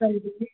ਹਾਂਜੀ